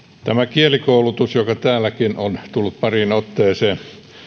kielikoulutus joka täälläkin on tullut pariin otteeseen